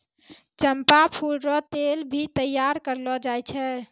चंपा फूल रो तेल भी तैयार करलो जाय छै